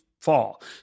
fall